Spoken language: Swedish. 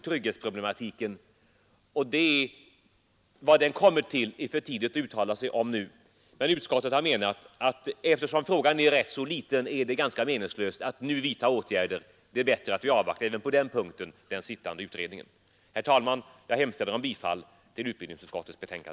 Vad den kan komma fram till är det för tidigt att uttala sig om i dag, men utskottet anser att det är meningslöst att nu vidta åtgärder på detta område. Det är bättre att vi även på den punkten avvaktar den arbetande utredningen. Herr talman! Jag yrkar bifall till utbildningsutskottets hemställan.